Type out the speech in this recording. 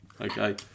Okay